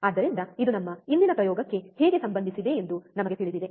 ಆದ್ದರಿಂದ ಇದು ನಮ್ಮ ಇಂದಿನ ಪ್ರಯೋಗಕ್ಕೆ ಹೇಗೆ ಸಂಬಂಧಿಸಿದೆ ಎಂದು ನಮಗೆ ತಿಳಿದಿದೆ